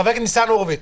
חבר הכנסת ניצן הורוביץ.